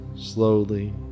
slowly